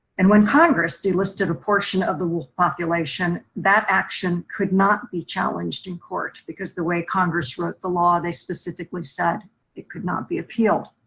and when congress delisted a portion of the wolf population, that action could not be challenged in court because the way congress wrote the law, they specifically said it could not be appealed.